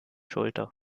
schulter